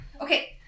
okay